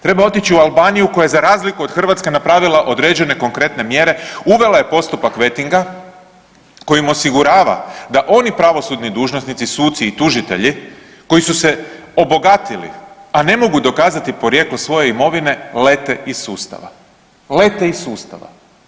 Treba otići u Albaniju koja je za razliku od Hrvatske napravila određene konkretne mjere, uvela je postupak vetinga kojim osigurava da oni pravosudni dužnosnici, suci i tužitelji koji su se obogatili, a ne mogu dokazati svoje imovine lete iz sustava, lete iz sustava.